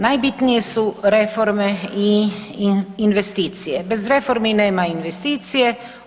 Najbitnije su reforme i investicije, bez reformi nema investicije.